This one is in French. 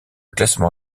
classement